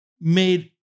made